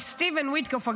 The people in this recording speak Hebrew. כי סטיבן ויטקוף,